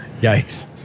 yikes